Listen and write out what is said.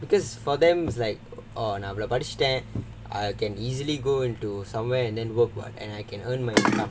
because for them is like நான் இவ்ளோ படிச்சிட்டேன்:naan ivlo padichittaen I can easily go into somewhere and then work [what] and I can earn money